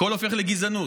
הכול הופך לגזענות.